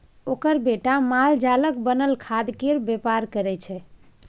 ओकर बेटा मालजालक बनल खादकेर बेपार करय छै